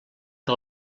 que